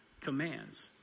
commands